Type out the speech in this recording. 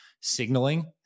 signaling